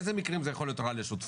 באיזה מקרים זה יכול להיות רע לשותפות,